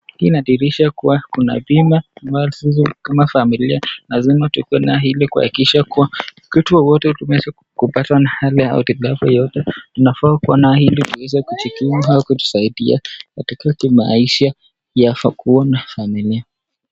Hii inadhihirisha kuwa kuna bima ya Madison. Kama familia lazima tukuwe na hili kuhakikisha kuwa wakati wowote tuweze kupatwa na hali au hitilafu yoyote tunafaa kuwa na hili ili tuweze kujikinga au kujisaidia katika kimaisha ya kuona familia.